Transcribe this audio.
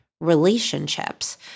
relationships